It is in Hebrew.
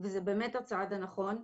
וזה באמת הצעד הנכון.